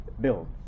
build